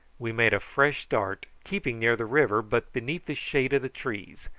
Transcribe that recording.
we made a fresh start, keeping near the river, but beneath the shade of the trees,